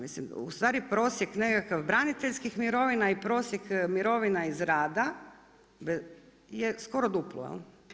Mislim u stvari prosjek nekakav braniteljskih mirovina i prosjek mirovina iz rada je skoro duplo.